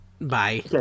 bye